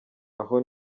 aho